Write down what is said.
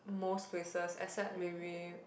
most places except maybe